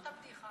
זאת הבדיחה.